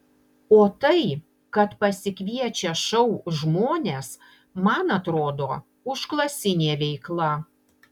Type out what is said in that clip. o tai kad pasikviečia šou žmones man atrodo užklasinė veikla